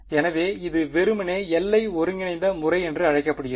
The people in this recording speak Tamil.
எனவே இது வெறுமனே எல்லை ஒருங்கிணைந்த முறை என அழைக்கப்படுகிறது